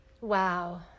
Wow